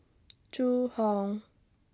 Zhu Hong